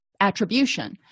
attribution